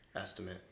estimate